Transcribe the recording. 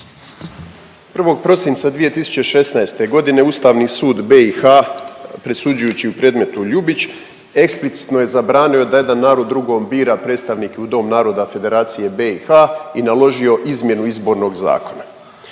01. prosinca 2016. godine Ustavni sud BiH presuđujući u predmetu Ljubić eksplicitno je zabranio da jedan narod drugom bira predstavnika u Dom naroda Federacije BiH i naložio izmjenu izbornog zakona.